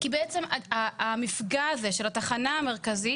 בעצם המפגע הזה של התחנה המרכזית